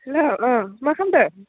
hello ओ मा खालामदो